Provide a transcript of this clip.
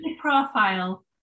profile